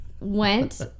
went